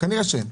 כנראה שאין.